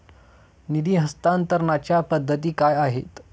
निधी हस्तांतरणाच्या पद्धती काय आहेत?